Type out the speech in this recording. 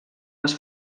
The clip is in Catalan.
les